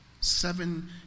Seven